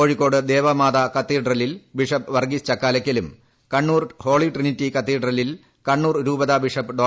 കോഴിക്കോട് ദേവമാതാ കത്തീഡ്രലിൽ ബിഷപ്പ് വർഗ്ഗീസ് ചക്കാലക്കലും Kannur holy trinity കത്തീഡ്രലിൽ കണ്ണൂർ രൂപതാ ബിഷപ്പ് ഡോ